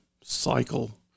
cycle